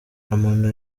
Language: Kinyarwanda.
amano